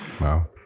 Wow